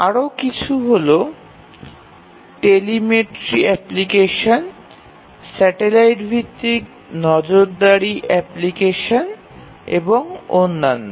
আরও কিছু হল টেলিমেট্রি অ্যাপ্লিকেশন স্যাটেলাইট ভিত্তিক নজরদারি অ্যাপ্লিকেশন এবং অন্যান্য